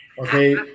Okay